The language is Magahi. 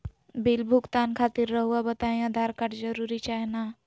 बिल भुगतान खातिर रहुआ बताइं आधार कार्ड जरूर चाहे ना?